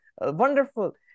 Wonderful